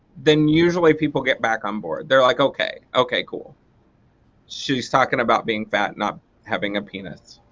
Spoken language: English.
then usually people get back on board. they're like okay okay cool she's talking about being fat not having a penis.